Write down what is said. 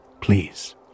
Please